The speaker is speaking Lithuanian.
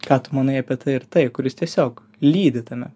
ką tu manai apie tai ir tai kuris tiesiog lydi tame